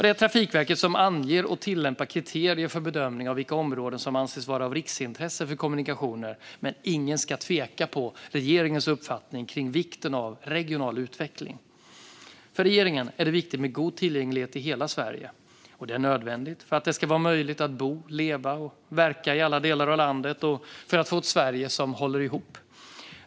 Det är Trafikverket som anger och tillämpar kriterier för bedömning av vilka områden som anses vara av riksintresse för kommunikationer, men ingen ska tveka på regeringens uppfattning kring vikten av regional utveckling. För regeringen är det viktigt med god tillgänglighet i hela Sverige. Det är nödvändigt för att det ska vara möjligt att bo, leva och verka i alla delar av landet och för att få ett Sverige som håller ihop.